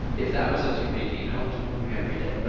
if that was a two page email there's no way i read it, ah